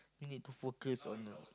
you need to focus on the